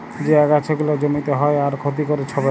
যে আগাছা গুলা জমিতে হ্যয় আর ক্ষতি ক্যরে ছবের